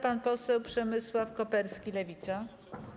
Pan poseł Przemysław Koperski, Lewica.